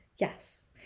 yes